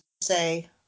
say